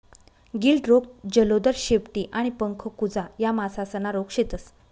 गिल्ड रोग, जलोदर, शेपटी आणि पंख कुजा या मासासना रोग शेतस